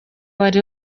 wari